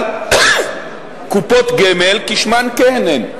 אבל קופות גמל, כשמן כן הן.